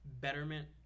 betterment